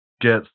get